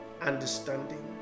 understanding